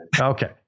Okay